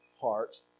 heart